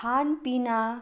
खान पिना